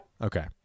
Okay